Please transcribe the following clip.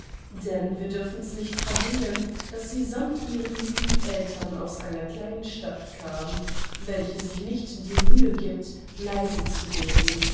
denn wir dürfen's nicht verhehlen daß sie sammt ihren lieben eltern aus einer kleinen stadt kam welche sich nicht die mühe giebt leise zu reden